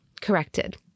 Corrected